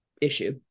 issue